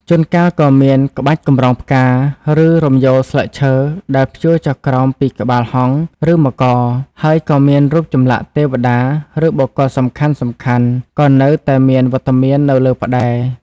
ជួនកាលក៏មាន ក្បាច់កម្រងផ្កា ឬ រំយោលស្លឹកឈើ ដែលព្យួរចុះក្រោមពីក្បាលហង្ស ឬមករ ហើយក៏មានរូបចម្លាក់ទេវតា ឬបុគ្គលសំខាន់ៗក៏នៅតែមានវត្តមាននៅលើផ្តែរ។